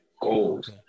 Goals